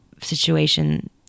situation